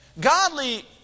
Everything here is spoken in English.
Godly